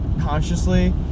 consciously